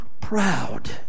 proud